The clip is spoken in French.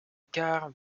quart